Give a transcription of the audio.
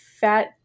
fat